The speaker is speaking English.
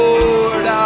Lord